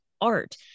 art